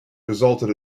resulted